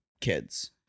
kids